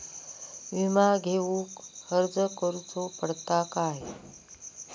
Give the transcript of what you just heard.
विमा घेउक अर्ज करुचो पडता काय?